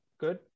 good